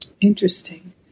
Interesting